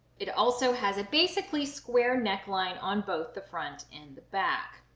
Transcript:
it also has a basically square neckline on both the front and the back.